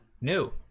new